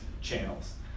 channels